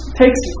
takes